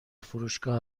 فروشگاه